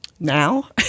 Now